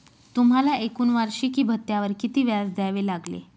तुम्हाला एकूण वार्षिकी भत्त्यावर किती व्याज द्यावे लागले